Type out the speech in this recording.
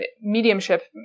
mediumship